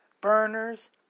Burners